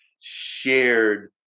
shared